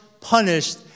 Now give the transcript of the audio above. punished